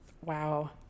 wow